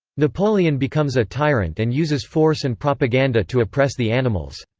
napoleon becomes a tyrant and uses force and propaganda to oppress the animals.